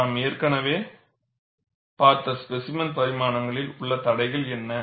நாம் ஏற்கனவே பார்த்த ஸ்பேசிமென் பரிமாணங்களில் உள்ள தடைகள் என்ன